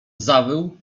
zawył